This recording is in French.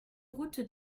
route